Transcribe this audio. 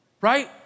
right